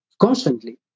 constantly